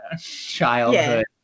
childhood